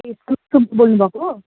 ए बोल्नु भएको हो